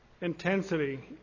Intensity